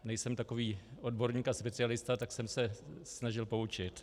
Nejsem takový odborník a specialista, tak jsem se snažil poučit.